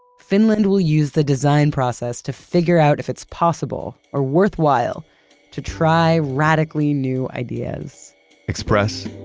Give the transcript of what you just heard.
finland will use the design process to figure out if it's possible or worthwhile to try radically new ideas express,